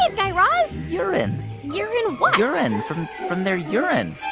ah guy raz. urine you're in what? urine, from from their urine